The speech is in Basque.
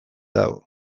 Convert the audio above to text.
dago